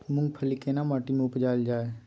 मूंगफली केना माटी में उपजायल जाय?